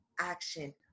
action